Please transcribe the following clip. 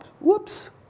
whoops